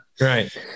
Right